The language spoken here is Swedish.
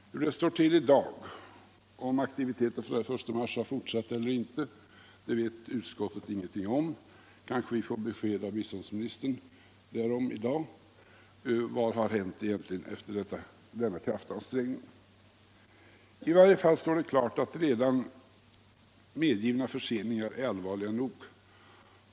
Hur det står till i dag, om aktiviteten efter Internationellt den 1 mars har fortsatt eller inte, vet utskottet ingenting om. Kanske utvecklingssamar — vi i dag får besked av biståndsministern om vad som egentligen har bete m.m. hänt efter denna kraftansträngning. I varje fall står det klart att redan inträdda förseningar är allvarliga nog.